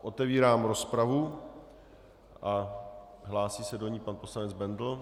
Otevírám rozpravu a hlásí se do ní pan poslanec Bendl.